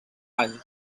any